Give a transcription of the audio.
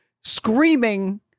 screaming